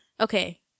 Okay